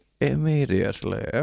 immediately